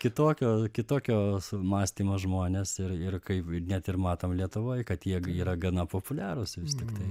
kitokio kitokio mąstymo žmonės ir ir kaip net ir matom lietuvoj kad jie yra gana populiarūs vis tiktai